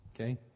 Okay